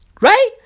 Right